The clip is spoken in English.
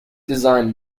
design